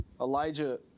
Elijah